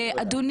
הבין-משרדי.